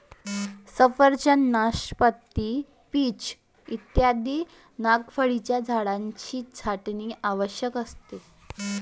सफरचंद, नाशपाती, पीच इत्यादी पानगळीच्या झाडांची छाटणी आवश्यक आहे